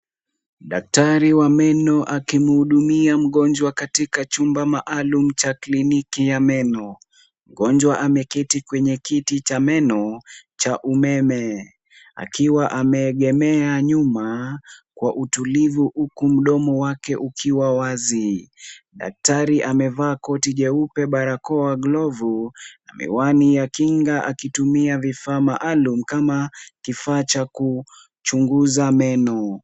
Daktari wa meno akimhudumia mgonjwa katika chumba maalum cha kliniki ya meno, mgonjwa ameketi kwenye kiti cha meno, cha umeme, akiwa ameegemea nyuma, kwa utulivu huku mdomo wake ukiwa wazi, daktari amevaa koti jeupe, barakoa, glovu na miwani ya kinga akitumia vifaa maalum kama kifaa cha kuchunguza meno.